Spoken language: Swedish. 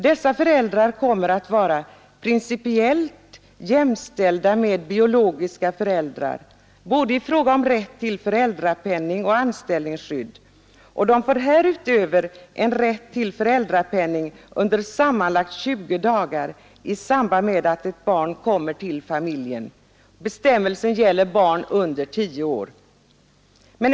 Dessa föräldrar kommer att vara principiellt jämställda med biologiska föräldrar både i fråga om rätt till föräldrapenning och när det gäller anställningsskydd. De får därutöver en rätt till föräldrapenning under sammanlagt 20 dagar i samband med att ett barn kommer till familjen. Bestämmelsen gäller barn under tio år.